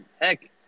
Heck